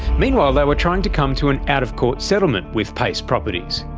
meanwhile they were trying to come to an out-of-court settlement with payce properties.